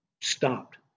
stopped